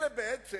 אלה בעצם